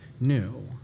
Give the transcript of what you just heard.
new